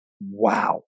wow